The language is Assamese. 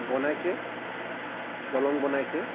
বনাইছে দলং বনাইছে